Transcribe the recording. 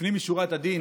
לפנים משורת הדין,